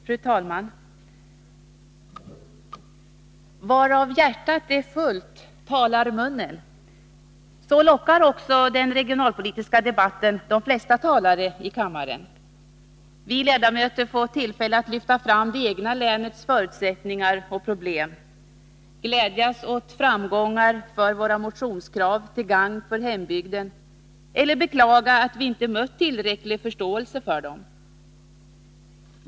Fru talman! Varav hjärtat är fullt, därav talar munnen. Så lockar också den regionalpolitiska debatten de flesta talare i kammaren. Vi ledamöter får tillfälle att lyfta fram det egna länets förutsättningar och problem, glädjas åt framgångar för våra motionskrav till gagn för hembygden eller beklaga att vi inte mött tillräcklig förståelse för dem.